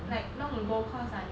like long ago cause I